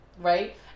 right